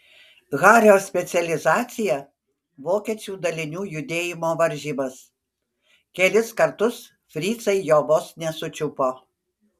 hario specializacija vokiečių dalinių judėjimo varžymas kelis kartus fricai jo vos nesučiupo